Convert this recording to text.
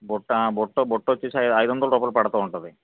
బుట్ట ఆ బుట్ట బుట్ట వచేసి ఐదువందల రూపాయలు పడుతుంటుంది